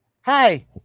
Hi